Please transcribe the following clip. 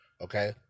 Okay